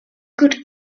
good